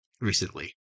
recently